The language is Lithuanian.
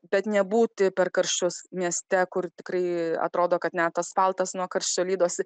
bet nebūti per karščius mieste kur tikrai atrodo kad net asfaltas nuo karščio lydosi